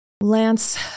lance